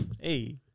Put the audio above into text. Hey